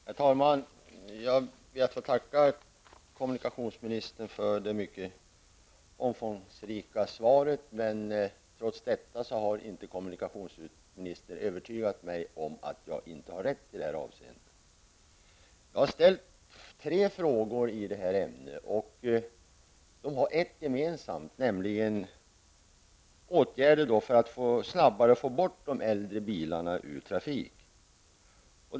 Herr talman! Jag ber att få tacka kommunikationsministern för det mycket omfångsrika svaret. Trots det har inte kommunikationsministern övertygat mig om att jag inte har rätt i det här avseendet. Jag har ställt tre frågor i detta ämne. De har ett gemensamt, nämligen att de gäller åtgärder för att snabbare få bort de äldre bilarna ur trafiken.